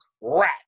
rat